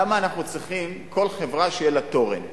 למה אנחנו צריכים שלכל חברה יהיה תורן?